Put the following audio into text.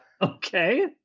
Okay